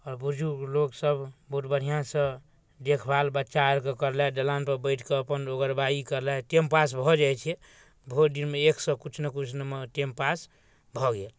आओर बुजुर्ग लोकसभ बहुत बढ़िआँसँ देखभाल बच्चा आओरके करलथि दलानपर बैसिकऽ अपन ओगरबाही करलथि टाइमपास भऽ जाइ छै भरिदिनमे एक सओ किछु ने किछु टाइमपास भऽ गेल